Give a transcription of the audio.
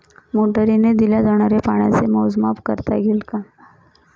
मोटरीने दिल्या जाणाऱ्या पाण्याचे मोजमाप करता येईल का?